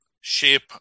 shape